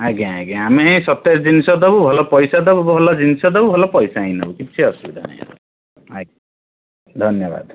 ଆଜ୍ଞା ଆଜ୍ଞା ଆମେ ହିଁ ସତେଜ ଜିନିଷ ଦେବୁ ଭଲ ପଇସା ଦେବୁ ଭଲ ଜିନିଷ ଦେବୁ ଭଲ ପଇସା ହିଁ ନେବୁ କିଛି ଅସୁବିଧା ନାହିଁ ଆମର ଧନ୍ୟବାଦ